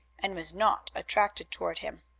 and was not attracted toward him.